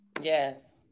Yes